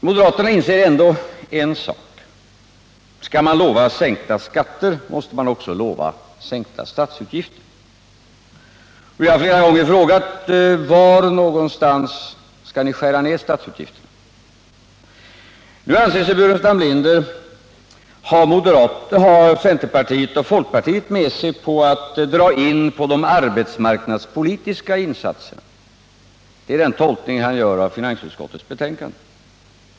Moderaterna inser ändå en sak: Om man lovar sänkta skatter, måste man också lova sänkta statsutgifter. Jag har flera gånger frågat moderaterna: Var skall ni skära ned statsutgifterna? Staffan Burenstam Linder anser sig nu ha centerpartiet och folkpartiet med sig på att dra in på arbetsmarknadspolitiska insatser — det är den tolkning han gör av finansutskottets betänkande.